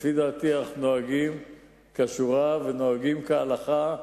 לפי דעתי אנחנו נוהגים כשורה וכהלכה,